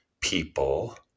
people